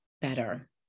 better